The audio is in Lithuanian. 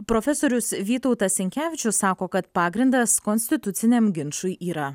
profesorius vytautas sinkevičius sako kad pagrindas konstituciniam ginčui yra